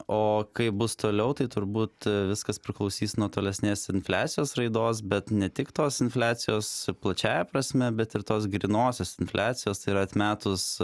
o kaip bus toliau tai turbūt viskas priklausys nuo tolesnės infliacijos raidos bet ne tik tos infliacijos plačiąja prasme bet ir tos grynosios infliacijos ir atmetus